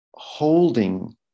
holding